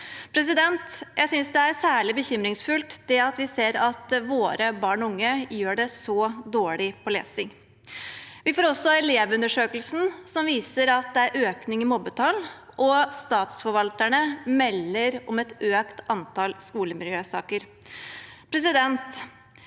Jeg synes det er særlig bekymringsfullt at vi ser at våre barn og unge gjør det så dårlig i lesing. Vi får også Elevundersøkelsen, som viser at det er økning i mobbetall, og statsforvalterne melder om et økt antall skolemiljøsaker.